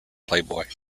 playboy